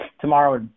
tomorrow